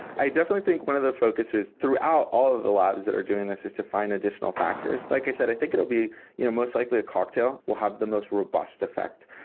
i definitely think one of the focuses throughout all of the labs that are doing this is to find additional factors. like i said, i think it will be you know most likely a cocktail will have the most robust effect.